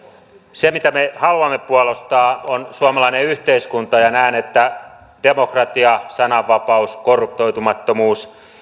se mitä me haluamme puolustaa on suomalainen yhteiskunta ja näen että demokratia sananvapaus korruptoitumattomuus